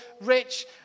rich